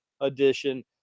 edition